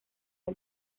del